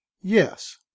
yes